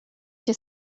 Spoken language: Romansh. cha